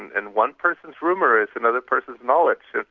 and one person's rumour is another person's knowledge.